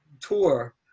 tour